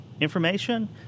information